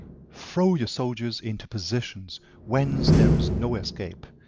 throw your soldiers into positions whence there is no escape,